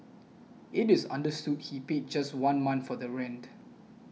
it is understood he paid just one month for the rent